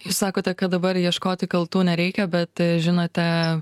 jūs sakote kad dabar ieškoti kaltų nereikia bet žinote